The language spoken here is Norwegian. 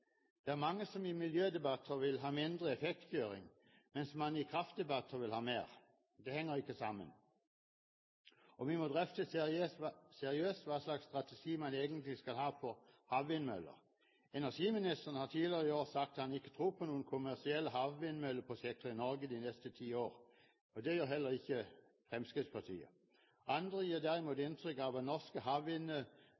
Det er mange som i miljødebatter vil ha mindre effektkjøring, mens man i kraftdebatter vil ha mer. Det henger ikke sammen. Og vi må drøfte seriøst hva slags strategi man egentlig skal ha på havvindmøller. Energiministeren har tidligere i år sagt at han ikke tror på noen kommersielle havvindmølleprosjekter i Norge de neste ti år. Det gjør heller ikke Fremskrittspartiet. Andre gir derimot